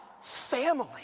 family